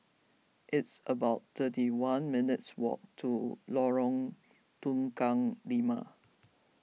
it's about thirty one minutes' walk to Lorong Tukang Lima